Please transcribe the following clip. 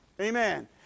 Amen